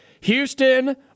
Houston